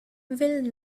will